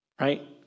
right